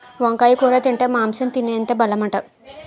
వంకాయ కూర తింటే మాంసం తినేటంత బలమట